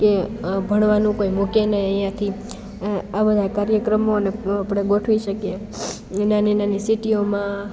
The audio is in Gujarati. કે આ ભણવાનું કોઈ મૂકે નહીં અહીંયાથી આ આ બધા કાર્યક્રમોને આપણે ગોઠવી શકીએ એ નાની નાની સિટીઓમાં